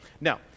now